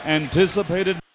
anticipated